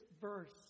verse